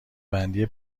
بندی